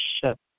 ship